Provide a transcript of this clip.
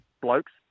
blokes